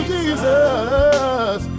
Jesus